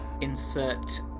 Insert